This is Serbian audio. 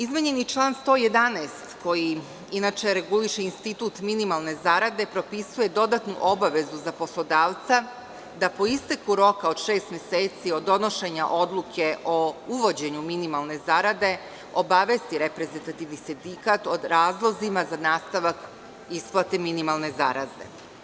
Izmenjen je i član 111. koji inače reguliše i institut minimalne zarade, propisuje dodatnu obavezu za poslodavca da po isteku roka od šest meseci od donošenja odluke o uvođenju minimalne zarade obavesti reprezentativni sindikat o razlozima za nastavak isplate minimalne zarade.